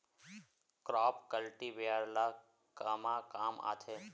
Crop cultivator ला कमा काम आथे?